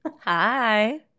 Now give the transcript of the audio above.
Hi